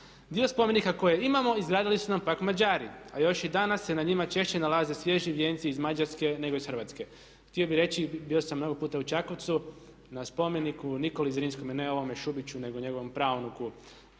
Dio spomenika koje imamo izgradili su nam pak Mađari. A još i danas se na njima češće nalaze svježi vjenci iz Mađarske nego iz Hrvatske. Htio bih reći bio sam mnogo puta u Čakovcu na spomeniku Nikoli Zrinskome, ne ovome Šubiću nego njegovom praunuku